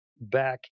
back